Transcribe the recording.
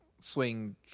swing